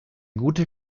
guter